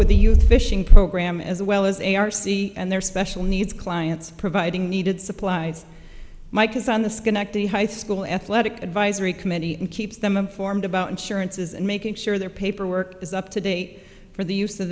with the youth fishing program as well as a r c and their special needs clients providing needed supplies mike is on the schenectady high school athletic advisory committee and keeps them informed about insurances and making sure their paperwork is up to date for the use of